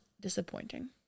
disappointing